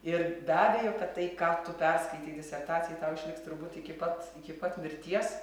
ir be abejo kad tai ką tu perskaitei disertacijai tau išliks turbūt iki pat iki pat mirties